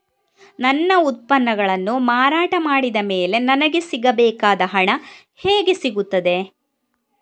ನನ್ನ ಉತ್ಪನ್ನಗಳನ್ನು ಮಾರಾಟ ಮಾಡಿದ ಮೇಲೆ ನನಗೆ ಸಿಗಬೇಕಾದ ಹಣ ಹೇಗೆ ಸಿಗುತ್ತದೆ?